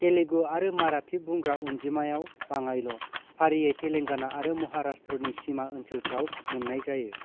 तेलुगु आरो मराठी बुंग्रा अनजिमायाव बाङायल' फारियै तेलंगाना आरो महाराष्ट्रनि सीमा ओनसोलफ्राव मोननाय जायो